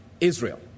Israel